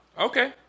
Okay